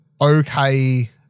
okay